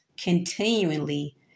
Continually